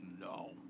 No